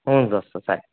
ಹ್ಞೂ ದೋಸ್ತ ಸರಿ